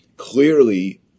clearly